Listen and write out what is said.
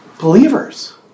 Believers